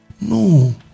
No